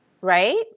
Right